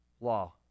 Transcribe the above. law